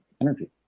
energy